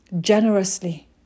generously